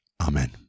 Amen